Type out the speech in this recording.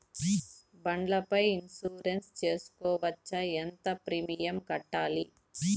బండ్ల పై ఇన్సూరెన్సు సేసుకోవచ్చా? ఎంత ప్రీమియం కట్టాలి?